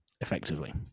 effectively